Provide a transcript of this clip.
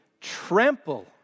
trample